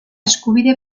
eskubide